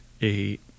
eight